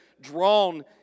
drawn